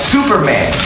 Superman